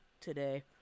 today